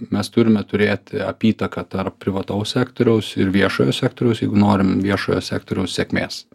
mes turime turėt apytaką tarp privataus sektoriaus ir viešojo sektoriaus jeigu norim viešojo sektoriaus sėkmės